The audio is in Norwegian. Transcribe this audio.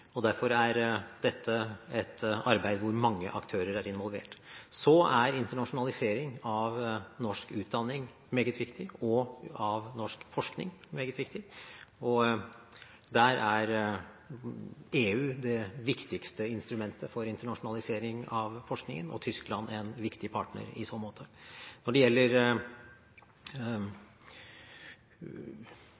og derfor er dette et arbeid hvor mange aktører er involvert. Så er internasjonalisering av norsk utdanning og norsk forskning meget viktig, og EU er det viktigste instrumentet for internasjonalisering av forskningen, og Tyskland er en viktig partner i så måte. Når det gjelder